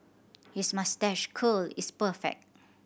his moustache curl is perfect